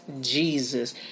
Jesus